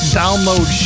download